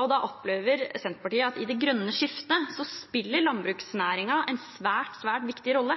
og da opplever Senterpartiet at i det grønne skiftet spiller landbruksnæringen en svært, svært viktig rolle.